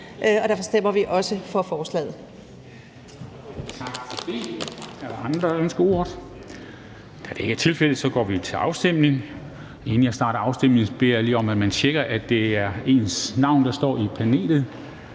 og derfor stemmer vi også for forslaget.